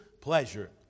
pleasure